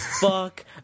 fuck